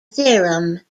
theorem